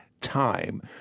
time